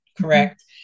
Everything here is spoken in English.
correct